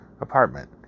Apartment